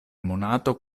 monato